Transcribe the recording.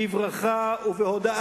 בברכה ובהודיה